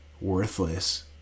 worthless